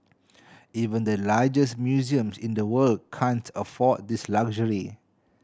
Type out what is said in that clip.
even the largest museums in the world can't afford this luxury